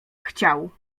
chciał